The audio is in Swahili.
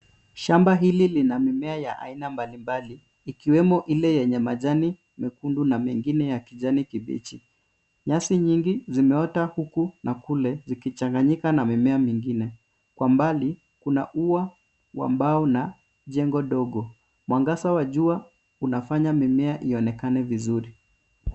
Shamba hili lina mimea ya aina mbalimbali ikiwemo ile yenye majani mekundu na mengine ya kijani kibichi. Nyasi nyingi zimeota huku na kule zikichanganyika na mimea mingine. Kwa mbali kuna ua wa mbao na jengo ndogo. Mwangaza wa jua unafanya mimea ionekane vizuri.